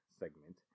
segment